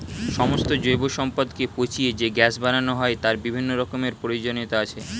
সমস্ত জৈব সম্পদকে পচিয়ে যে গ্যাস বানানো হয় তার বিভিন্ন রকমের প্রয়োজনীয়তা আছে